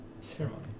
ceremony